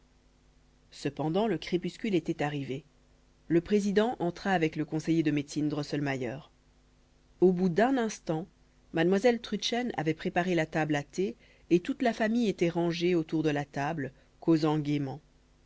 cependant le crépuscule était arrivé le président entra avec le conseiller de médecine drosselmayer au bout d'un instant mademoiselle trudchen avait préparé la table à thé et toute la famille était rangée autour de la table causant gaiement